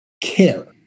care